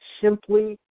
Simply